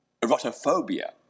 erotophobia